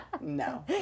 No